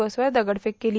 बसवर दगडफेक केली